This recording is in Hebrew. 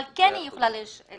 היא כן יכולה לשלוט בחברה.